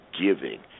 giving